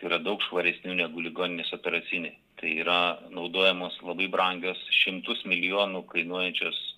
tai yra daug švaresnių negu ligoninės operacinėj tai yra naudojamos labai brangios šimtus milijonų kainuojančios